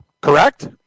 correct